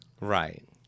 right